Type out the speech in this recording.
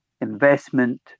investment